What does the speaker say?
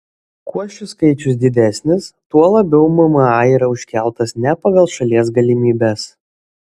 kuo šis skaičius didesnis tuo labiau mma yra užkeltas ne pagal šalies galimybes